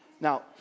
Now